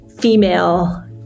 female